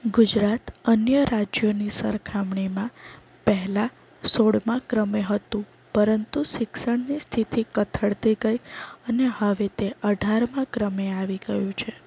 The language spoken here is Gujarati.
ગુજરાત અન્ય રાજ્યોની સરખામણીમાં પહેલાં સોળમા ક્રમે હતું પરંતુ શિક્ષણની સ્થિતિ કથળતી ગઈ અને હવે તે અઢારમા ક્રમે આવી ગયું છે